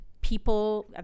people